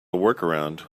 workaround